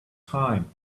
time